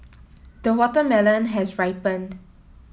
the watermelon has ripened